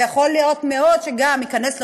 ויכול להיות מאוד שגם ייכנס לחובות.